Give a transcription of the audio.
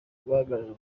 guhagararira